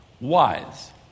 wise